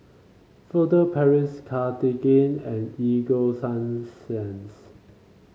Furtere Paris Cartigain and Ego Sunsense